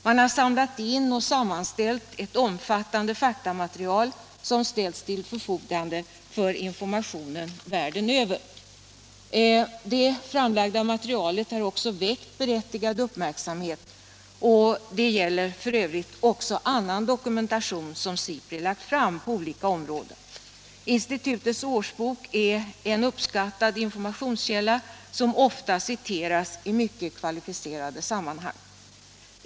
Man har samlat in och sammanställt ett omfattande faktamaterial som ställs till förfogande för information världen över. Det framlagda materialet har också väckt berättigad uppmärksamhet. Det gäller f. ö. också annan dokumentation som SIPRI lagt fram på olika områden. Institutets årsbok är en uppskattad informationskälla som ofta citeras i mycket kvalificerade sammanhang.